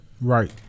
Right